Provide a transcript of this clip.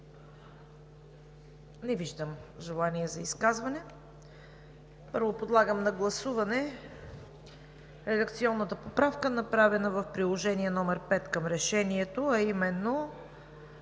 Не виждам желание за изказване. Подлагам на гласуване редакционната поправка, направена в приложение № 5 към Решението, а именно